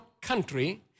country